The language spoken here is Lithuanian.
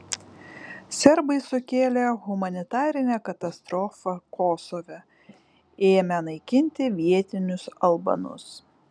serbai sukėlė humanitarinę katastrofą kosove ėmę naikinti vietinius albanus